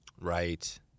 Right